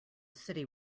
city